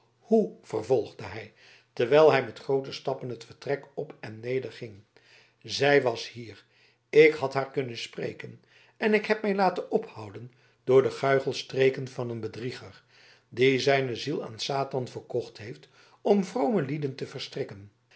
hoe vervolgde hij terwijl hij met groote stappen het vertrek op en neder ging zij was hier ik had haar kunnen spreken en ik heb mij laten ophouden door de guichelstreken van een bedrieger die zijne ziel aan satan verkocht heeft om vrome lieden te verstrikken